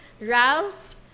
Ralph